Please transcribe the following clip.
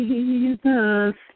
Jesus